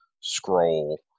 scroll